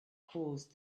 caused